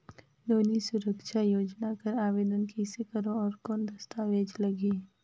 नोनी सुरक्षा योजना कर आवेदन कइसे करो? और कौन दस्तावेज लगही?